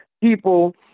people